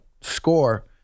score